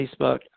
Facebook